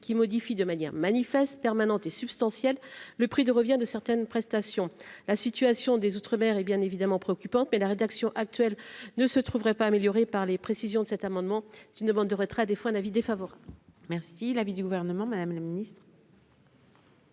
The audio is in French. qui modifient de manière manifeste permanentes et substantielles, le prix de revient de certaines prestations, la situation des outre-mer et bien évidemment préoccupante mais la rédaction actuelle ne se trouverait pas amélioré par les précisions de cet amendement qui, une demande de retrait des fois un avis défavorable. Merci l'avis du gouvernement, Madame la Ministre.